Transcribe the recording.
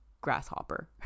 grasshopper